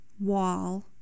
wall